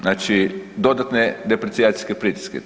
Znači, dodatne deprecijacijske pritiske.